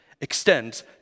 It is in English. extends